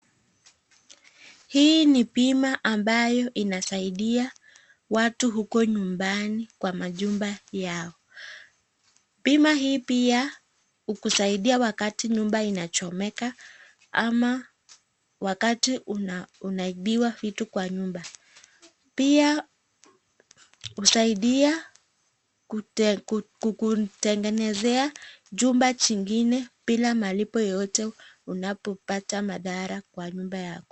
Hii ni bima ambayo inasaidia watu huko nyumbani kwa majumba yao. Bima hii pia, hukusaidia wakati nyumba inachomeka ama wakati unaibiwa vitu kwa nyumba. Pia, husaidia kukutengenezea jumba jingine bila malipo yoyote unapopata madhara kwa nyumba yako.